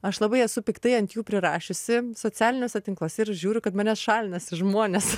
aš labai esu piktai ant jų prirašiusi socialiniuose tinkluose ir žiūriu kad manęs šalinasi žmonės